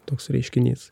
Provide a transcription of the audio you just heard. toks reiškinys